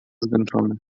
zmęczony